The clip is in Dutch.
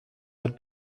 het